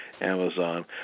Amazon